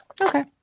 Okay